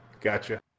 Gotcha